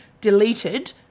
deleted